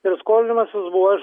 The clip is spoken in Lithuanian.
ir skolinimasis buvo iš